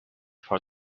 for